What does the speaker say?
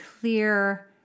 clear